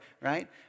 right